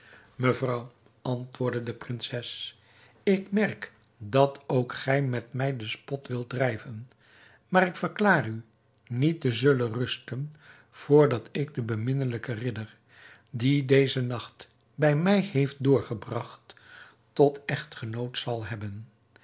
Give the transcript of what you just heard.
mevrouw antwoordde de prinses ik merk dat ook gij met mij den spot wilt drijven maar ik verklaar u niet te zullen rusten vrdat ik den beminnelijken ridder die dezen nacht bij mij heeft doorgebragt tot echtgenoot zal hebben